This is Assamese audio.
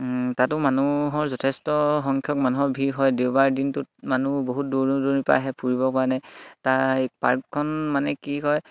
তাতো মানুহৰ যথেষ্ট সংখ্যক মানুহৰ ভিৰ হয় দেওবাৰ দিনটোত মানুহ বহুত দূৰ দূৰণি পা আহে ফুৰিবৰ কাৰণে তাৰ পাৰ্কখন মানে কি হয়